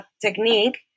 technique